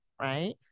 right